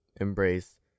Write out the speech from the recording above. embrace